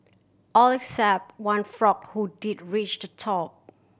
all except one frog who did reach the top